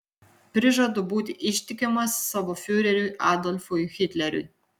prižadu būti ištikimas savo fiureriui adolfui hitleriui